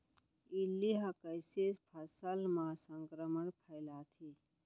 इल्ली ह कइसे फसल म संक्रमण फइलाथे?